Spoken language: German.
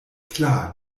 klar